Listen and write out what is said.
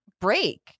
break